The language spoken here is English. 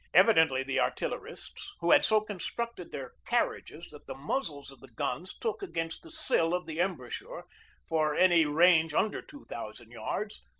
evidently the artillerists, who had so constructed their carriages that the muzzles of the guns took against the sill of the embrasure for any range under two thousand yards,